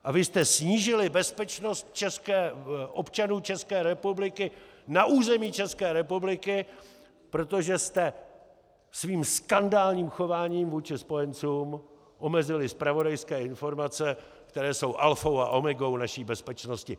A vy jste snížili bezpečnost občanů České republiky na území České republiky, protože jste svým skandálním chováním vůči spojencům omezili zpravodajské informace, které jsou alfou a omegou naší bezpečnosti.